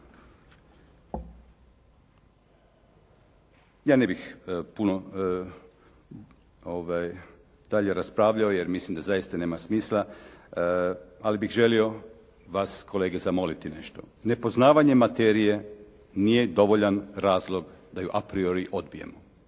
Ja ne bih puno dalje raspravljao jer mislim da zaista nema smisla, ali bih želio vas kolege zamoliti nešto. Nepoznavanje materije nije dovoljan razlog da ju a priori odbijemo.